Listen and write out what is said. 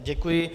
Děkuji.